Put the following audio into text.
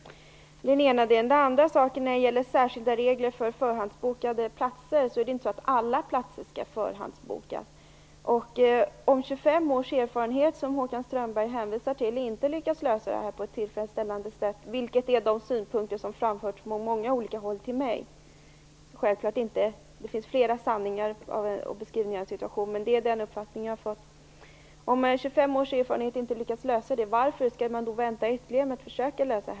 Det är den ena delen. Den andra delen gäller särskilda regler för förhandsbokade platser. Det är inte så att alla platser skall förhandsbokas. Om man med 25 års erfarenhet, som Håkan Strömberg hänvisar till, inte har lyckats lösa problemet på ett tillfredsställande sätt - vilket är den synpunkt som har framförts från många olika håll till mig; det finns flera sanningar och beskrivningar av situationen, men det är den uppfattning jag fått - varför skall man då vänta ytterligare med att försöka lösa det?